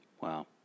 Wow